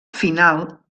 final